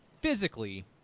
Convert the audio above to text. physically